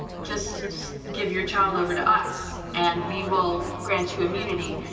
just give your child over to us, and we will grant you immunity,